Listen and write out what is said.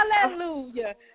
Hallelujah